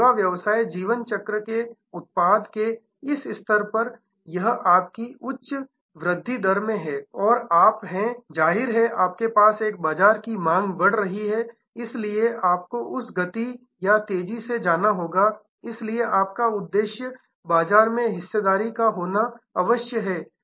तो सेवा व्यवसाय जीवन चक्र के उत्पाद के इस स्तर पर यह आपकी उच्च वृद्धि दर में है और आप हैं जाहिर है आपके पास एक बाजार की मांग बढ़ रही है इसलिए आपको उस गति या तेजी से जाना होगा इसलिए आपका उद्देश्य बाजार में हिस्सेदारी का होना अवश्य है